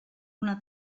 una